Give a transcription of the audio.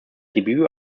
debut